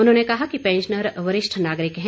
उन्होंने कहा कि पैंशनर वरिष्ठ नागरिक हैं